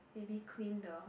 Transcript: maybe clean the